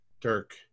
Dirk